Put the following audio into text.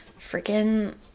freaking